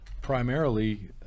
Primarily